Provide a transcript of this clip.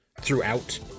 throughout